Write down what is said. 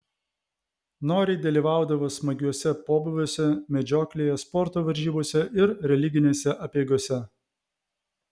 noriai dalyvaudavo smagiuose pobūviuose medžioklėje sporto varžybose ir religinėse apeigose